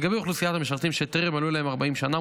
2. לגבי אוכלוסיית המשרתים שטרם מלאו להם 40 שנה,